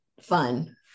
fun